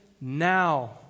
now